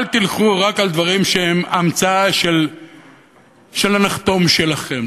אל תלכו רק על דברים שהם המצאה של הנחתום שלכם.